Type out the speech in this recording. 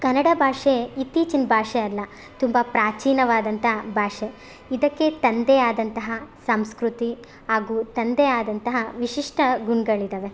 ಕನ್ನಡ ಭಾಷೆ ಇತ್ತೀಚಿನ ಭಾಷೆ ಅಲ್ಲ ತುಂಬ ಪ್ರಾಚೀನವಾದಂತ ಭಾಷೆ ಇದಕ್ಕೆ ತನ್ನದೇ ಆದಂತ ಸಂಸ್ಕೃತಿ ಹಾಗು ತನ್ನದೇ ಆದಂತ ವಿಶಿಷ್ಟ ಗುಣಗಳಿದ್ದಾವೆ